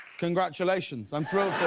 congratulations. i'm thrilled